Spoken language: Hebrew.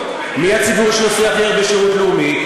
מי הציבור שעושה הכי הרבה שירות לאומי?